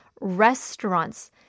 restaurants